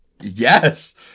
Yes